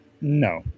No